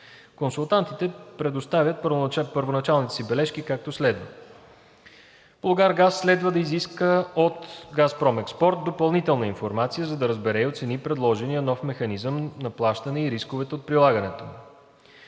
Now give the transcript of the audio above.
Консултантите предоставят първоначалните си бележки, както следва: - „Булгаргаз“ следва да изиска от „Газпром Експорт“ допълнителна информация, за да разбере и оцени предложения нов механизъм на плащане и рисковете от прилагането му.